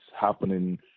happening